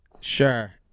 Sure